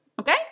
okay